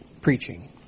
preaching